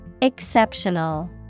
Exceptional